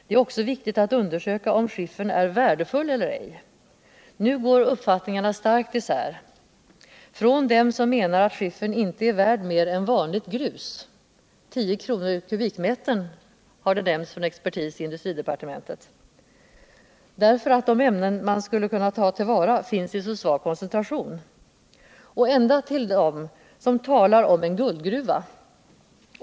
Det är också viktigt att undersöka om skiftern är värdefull eller ej. Nu går uppfattningarna starkt isär. från dem som menar att skifforn inte är värd mer än vanligt grus — 10 kr. per kubikmeter har nämnts av expertis i departementet — därför att de ämnen man skulle kunna ta till vara finns i så svag koncentration, till dem som talar om en guldgruva.